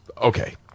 Okay